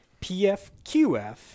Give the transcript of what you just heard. PFQF